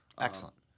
Excellent